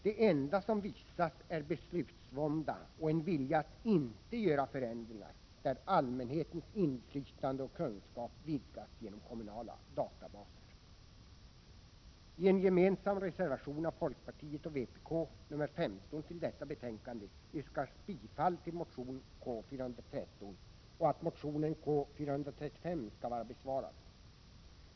Det enda som visas är beslutsvånda och en vilja att inte göra förändringar där allmänhetens inflytande och kunskap vidgas genom kommunala databaser. I en gemensam reservation av folkpartiet och vpk, nr 15 till detta betänkande, yrkas bifall till motion K413 samt att motionen K435 skall vara besvarad med vad utskottet har anfört.